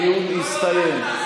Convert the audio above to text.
הדיון הסתיים.